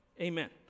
Amen